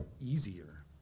easier